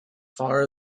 far